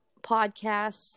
podcasts